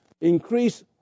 increase